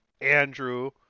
Andrew